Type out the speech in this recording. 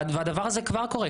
הדבר הזה כבר קורה.